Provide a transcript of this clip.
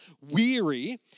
weary